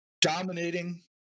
dominating